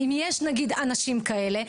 אם יש נגיד אנשים כאלה,